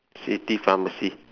city pharmacy